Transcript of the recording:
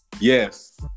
Yes